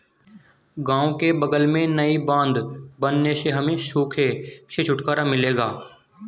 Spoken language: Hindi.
गांव के बगल में नई बांध बनने से हमें सूखे से छुटकारा मिलेगा